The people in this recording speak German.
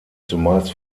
zumeist